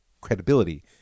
credibility